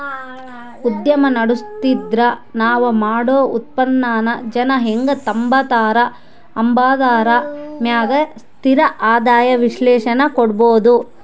ಉದ್ಯಮ ನಡುಸ್ತಿದ್ರ ನಾವ್ ಮಾಡೋ ಉತ್ಪನ್ನಾನ ಜನ ಹೆಂಗ್ ತಾಂಬತಾರ ಅಂಬಾದರ ಮ್ಯಾಗ ಸ್ಥಿರ ಆದಾಯ ವಿಶ್ಲೇಷಣೆ ಕೊಡ್ಬೋದು